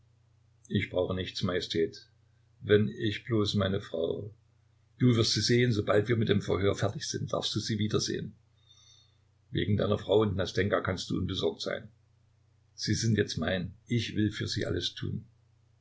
ich brauche nichts majestät wenn ich bloß meine frau du wirst sie sehen sobald wir mit dem verhör fertig sind darfst du sie wiedersehen wegen deiner frau und nastenjka kannst du unbesorgt sein sie sind jetzt mein ich will für sie alles tun